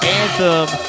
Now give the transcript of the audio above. anthem